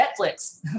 Netflix